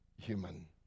human